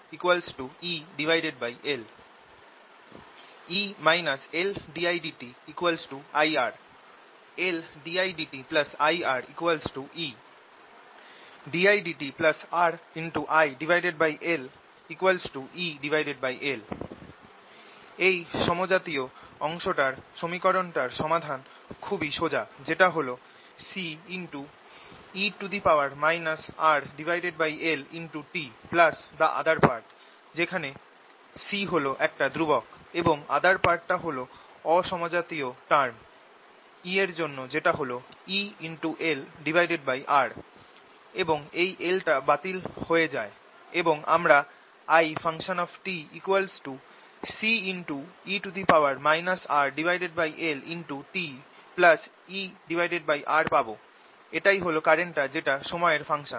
E LdIdt IR LdIdt IR E dIdt RLI EL এই সমজাতীয় অংশটার সমীকরণ টার সমাধান খুবই সোজা যেটা হল Ce RLtthe other part যেখানে C হল একটা ধ্রুবক এবং other part টা হল অ সমজাতীয় টার্ম E এর জন্য যেটা হল ELR এবং এই L টা বাতিল হয়ে যায় এবং আমরা ItCe RLt ER পাব এটাই হল কারেন্টটা যেটা সময়ের ফাংশন